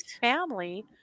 family